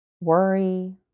worry